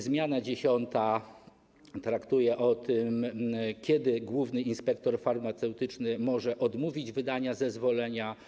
Zmiana 10. traktuje o tym, kiedy główny inspektor farmaceutyczny może odmówić wydania zezwolenia.